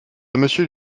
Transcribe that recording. monsieur